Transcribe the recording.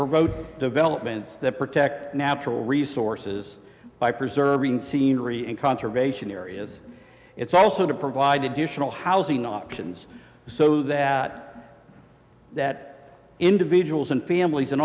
promote developments that protect natural resources by preserving scenery and conservation areas it's also to provide additional housing options so that that individuals and families